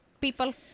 people